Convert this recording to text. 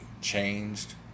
changed